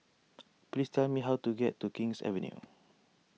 please tell me how to get to King's Avenue